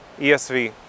ESV